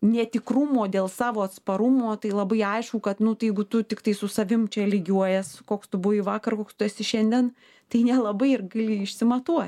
netikrumo dėl savo atsparumo tai labai aišku kad nu tai jeigu tu tiktai su savim čia lygiuojies koks tu buvai vakar koks tu esi šiandien tai nelabai ir gali išsimatuo